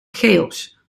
cheops